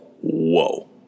whoa